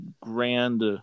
grand